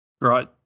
Right